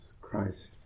Christ